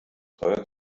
teuer